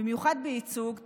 במיוחד בייצוג,